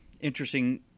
interesting